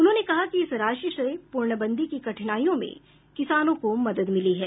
उन्होंने कहा कि इस राशि से पूर्णबंदी की कठिनाइयों में किसानों को मदद मिली है